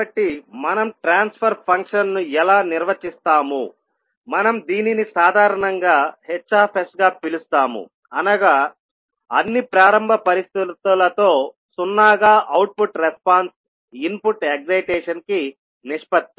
కాబట్టి మనం ట్రాన్స్ఫర్ ఫంక్షన్ను ఎలా నిర్వచిస్తాముమనం దీనిని సాధారణంగా Hగా పిలుస్తాము అనగా అన్ని ప్రారంభ పరిస్థితులతో సున్నాగా అవుట్పుట్ రెస్పాన్స్ ఇన్పుట్ ఎక్సయిటేషన్ కి నిష్పత్తి